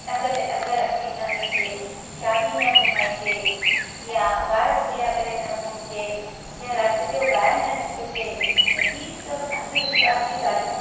टंग ते टंग रखी न वेहीजे चाॿी न घुमाइजे या वार खुलिया करे न घुमिजे जा राति जो ॿाहिरि न निकिरजे त ई सभु अंधविश्वास जी ॻाल्हियूं